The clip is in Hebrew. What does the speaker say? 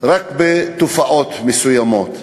רק בתופעות מסוימות.